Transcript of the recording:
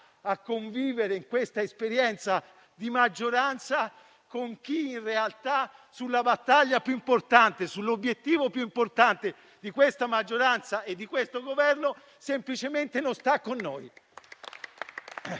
a convivere in questa esperienza di maggioranza con chi in realtà sulla battaglia più rilevante, sull'obiettivo più importante di questa maggioranza e di questo Governo semplicemente non sta con noi.